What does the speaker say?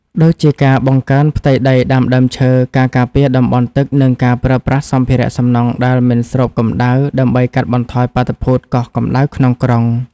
ដូចជាការបង្កើនផ្ទៃដីដាំដើមឈើ ការការពារតំបន់ទឹក និងការប្រើប្រាស់សម្ភារៈសំណង់ដែលមិនស្រូបកម្ដៅ ដើម្បីកាត់បន្ថយបាតុភូតកោះកម្ដៅក្នុងក្រុង។